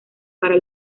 para